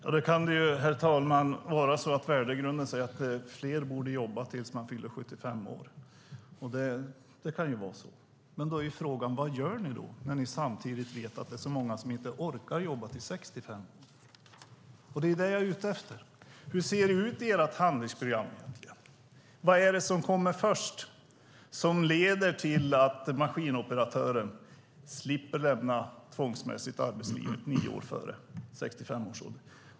Herr talman! Det kan ju vara så att värdegrunden säger att fler borde jobba tills man fyller 75 år. Så kan det vara. Men då är frågan: Vad gör ni då, när ni samtidigt vet att så många inte orkar jobba till 65 år? Det är vad jag är ute efter. Hur ser det ut i ert handlingsprogram? Vad är det som kommer först, som leder till att maskinoperatören tvångsmässigt slipper lämna arbetslivet nio år före 65 års ålder?